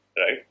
right